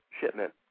shipment